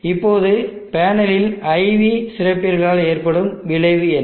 இப்போது பேனலின் IV சிறப்பியல்பால் ஏற்படும் விளைவு என்ன